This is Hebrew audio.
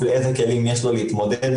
מדעים מדויקים,